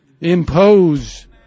impose